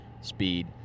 speed